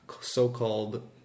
so-called